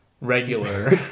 regular